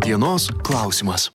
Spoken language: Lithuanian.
dienos klausimas